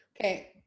okay